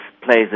plays